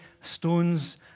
stones